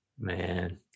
Man